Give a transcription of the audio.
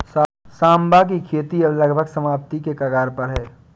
सांवा की खेती अब लगभग समाप्ति के कगार पर है